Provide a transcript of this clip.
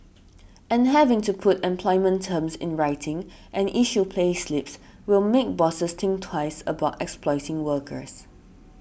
and having to put employment terms in writing and issue payslips will make bosses think twice about exploiting workers